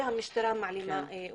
והמשטרה מעלימה אותה.